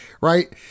right